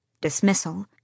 Dismissal